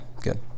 good